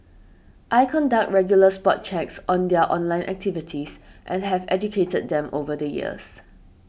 I conduct regular spot checks on their online activities and have educated them over the years